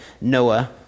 Noah